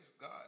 God